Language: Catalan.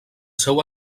seu